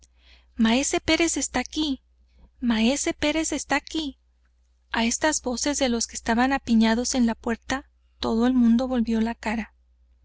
maese pérez está aquí maese pérez está aquí a estas voces de los que estaban apiñados en la puerta todo el mundo volvió la cara